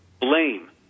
Blame